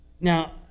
Now